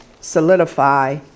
solidify